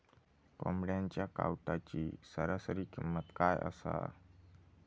कोंबड्यांच्या कावटाची सरासरी किंमत काय असा?